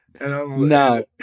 no